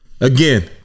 again